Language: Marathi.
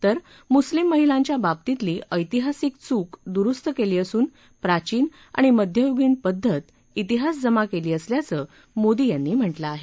तर मुस्लिम महिलांच्या बाबतीतली ऐतिहासिक चुक दुरुस्त केली असून प्राचीन आणि मध्ययुगीन पद्धत तिहासजमा केली असल्याचं मोदी यांनी म्हटलं आहे